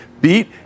beat